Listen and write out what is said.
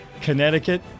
Connecticut